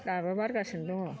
दाबो बारगासिनो दङ